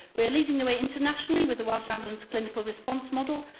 we're leading the way internationally with the welsh ambulance clinical response model.